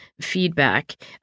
feedback